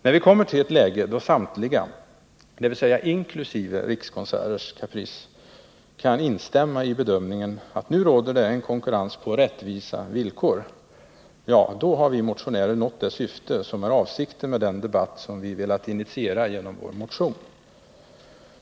När vi kommer till ett läge då samtliga — inkl. Rikskonserters Caprice — kan instämma i bedömningen att det råder en konkurrens på rättvisa villkor — då har vi motionärer nått det syfte som är avsikten med den debatt som vi velat initiera genom vår motion.